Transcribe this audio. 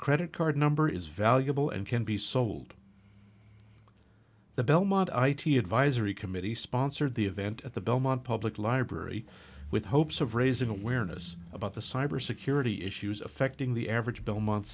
credit card number is valuable and can be sold the belmont i t advisory committee sponsored the event at the belmont public library with hopes of raising awareness about the cybersecurity issues affecting the average belmont